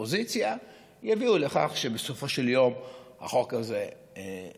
האופוזיציה יביאו לכך שבסופו של יום החוק הזה יאושר.